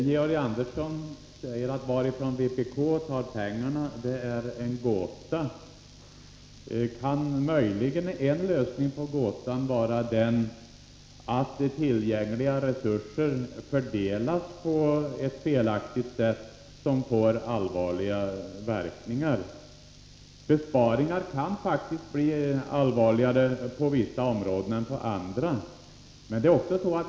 Herr talman! Varifrån vpk tar pengarna är en gåta, säger Georg Andersson. Kan möjligen en lösning på gåtan vara den att de tillgängliga resurserna är fördelade på ett felaktigt sätt, som får allvarliga verkningar. Besparingar kan faktiskt få allvarligare följder på vissa områden än på andra.